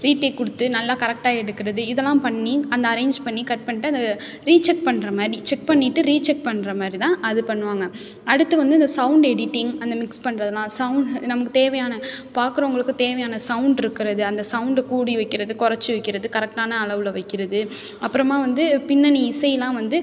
retake கொடுத்து நல்லா கரெக்டாக எடுக்கிறது இதல்லாம் பண்ணி அந்த அரேஞ்ச் பண்ணி கட் பண்ணிட்டு அது ரீசெக் பண்ணுற மாதிரி செக் பண்ணிவிட்டு ரீசெக் பண்ணுற மாதிரி தான் அது பண்ணுவாங்க அடுத்து வந்து இந்த சௌண்ட் எடிட்டிங் அந்த மிக்ஸ் பண்ணுறதுலாம் சௌண்ட் நமக்கு தேவையான பார்க்கறவுங்களுக்கு தேவையான சௌண்ட்ருக்கிறது அந்த சௌண்டை கூட்டி வைக்கிறது கொறைச்சி வைக்கிறது கரெக்டான அளவில் வைக்கிறது அப்புறமாக வந்து பின்னணி இசைலாம் வந்து